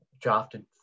drafted